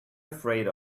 afraid